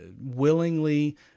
willingly